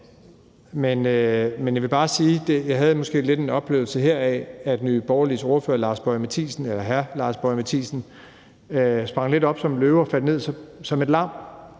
her havde en oplevelse af, at Nye Borgerliges ordfører, hr. Lars Boje Mathiesen, sprang lidt op som en løve og faldt ned som et lam,